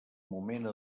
moment